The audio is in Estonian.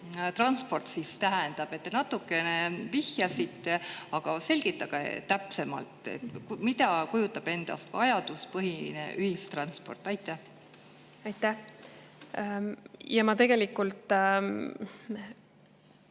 transport tähendab. Te natukene vihjasite, aga selgitage täpsemalt, mida kujutab endast vajaduspõhine ühistransport. Aitäh! Ma tegelikult